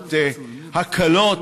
לרכבות הקלות,